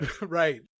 Right